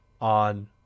on